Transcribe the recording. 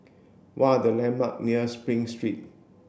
what are the landmark near Spring Street